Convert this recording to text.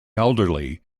elderly